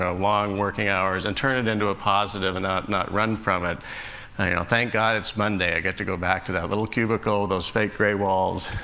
ah long working hours and turn it into a positive and not not run from it. you know thank god it's monday i get to go back to that little cubicle, those fake gray walls,